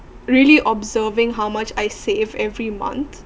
really observing how much I save every month